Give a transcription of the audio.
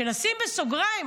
נשים בסוגריים,